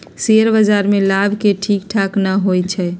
share बाजार में लाभ के ठीक ठिकाना न होइ छइ